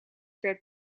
werd